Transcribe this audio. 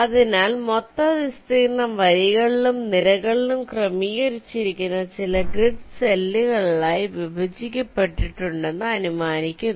അതിനാൽ മൊത്തം വിസ്തീർണ്ണം വരികളിലും നിരകളിലും ക്രമീകരിച്ചിരിക്കുന്ന ചില ഗ്രിഡ് സെല്ലുകളായി വിഭജിക്കപ്പെട്ടിട്ടുണ്ടെന്ന് അനുമാനിക്കുന്നു